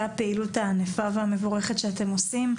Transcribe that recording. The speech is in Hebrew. הפעילות העניפה והמבורכת שאתם עושים.